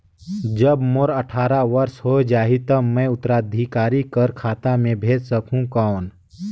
जब मोर अट्ठारह वर्ष हो जाहि ता मैं उत्तराधिकारी कर खाता मे भेज सकहुं कौन?